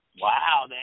Wow